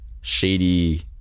shady